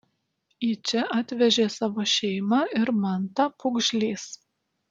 į čia atvežė savo šeimą ir mantą pūgžlys